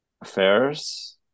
affairs